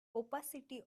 opacity